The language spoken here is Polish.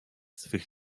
swych